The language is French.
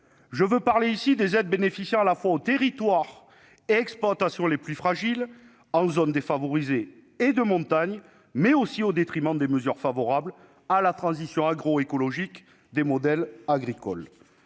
Je veux parler ici des aides bénéficiant à la fois aux territoires et aux exploitations les plus fragiles, en zones défavorisées et de montagne. Mais elle risque aussi de se faire au détriment des mesures favorables à la transition agroécologique des modèles agricoles.